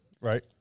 Right